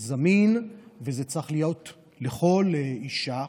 זמין וזה צריך להיות לכל אישה,